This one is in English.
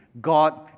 God